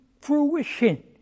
fruition